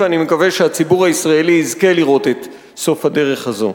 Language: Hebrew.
ואני מקווה שהציבור הישראלי יזכה לראות את סוף הדרך הזאת.